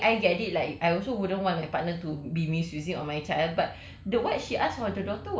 and also macam I I get it like I also wouldn't want my partner to be misusing it on my child but